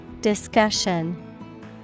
Discussion